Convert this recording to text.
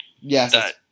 Yes